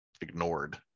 ignored